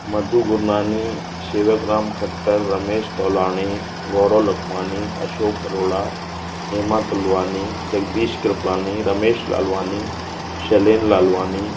Madhu Gurnani Shewakram Khattar Ramesh Tolani Gaurav Lakhmani Ashok Arora Hema Tulwani Jagdish Kripalani Ramesh Lalwani Shailendra Lalwani